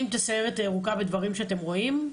את הסיירת הירוקה בדברים שאתם רואים?